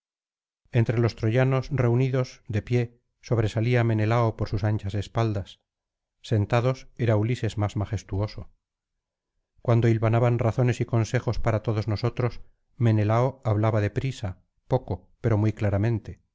entre los troyanos reunidos de pie sobresalía menelao por sus anchas espaldas sentados era ulises más majestuoso cuando hilvanaban razones y consejos para todos nosotros menelao hablaba de prisa poco pero muy claramente